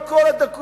על כל הדקויות,